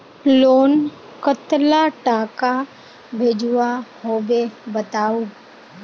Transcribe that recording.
Loan कतला टाका भेजुआ होबे बताउ?